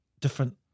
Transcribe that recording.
different